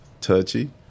touchy